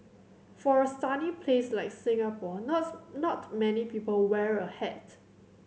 for a sunny place like Singapore not many people wear a hat